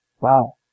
Wow